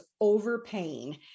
overpaying